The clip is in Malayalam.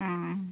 ആ